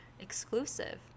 exclusive